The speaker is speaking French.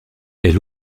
elle